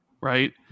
right